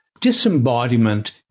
disembodiment